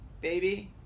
Baby